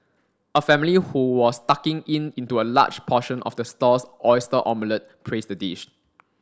a family who was tucking in into a large portion of the stall's oyster omelette praised the dish